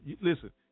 Listen